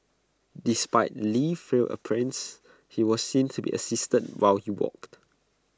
despite Li's frail appearance he was seen to be assisted while he walked